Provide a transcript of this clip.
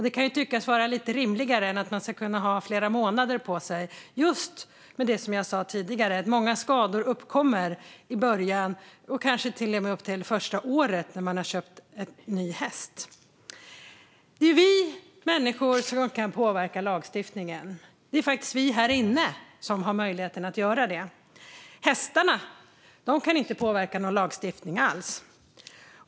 Det kan tyckas vara lite rimligare än att man ska ha flera månader på sig, just med tanke på det som jag sa tidigare om att många skador uppkommer i början och kanske till och med under det första året när man har köpt en ny häst. Det är vi människor som kan påverka lagstiftningen. Det är faktiskt vi här inne som har möjlighet att göra det. Hästarna kan inte påverka någon lagstiftning alls.